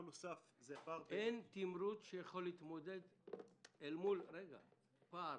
אין תמרוץ שיכול להתמודד אל מול פער